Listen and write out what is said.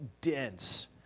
dense